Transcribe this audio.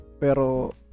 Pero